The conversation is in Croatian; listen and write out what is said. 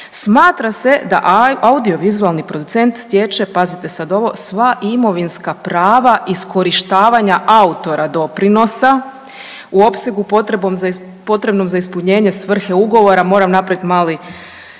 smatra se da audio vizualni producent stječe pazite sad ovo sva imovinska prava iskorištavanja autora doprinosa u opsegu potrebnom za ispunjenje svrhe ugovora moram napraviti mali